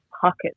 pockets